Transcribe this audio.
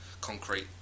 concrete